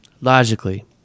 Logically